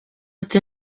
ati